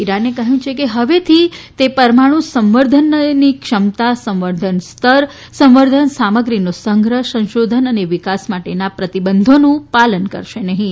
ઈરાને કહ્યું કે હવેથી તે પરમાણુ સંવર્ધનની ક્ષમતા સંવર્ધન સ્તર સંવર્ધન સામગ્રીનો સંગ્રહ સંશોધન અને વિકાસ માટેના પ્રતિબંધોનું પાલન કરશે નહીં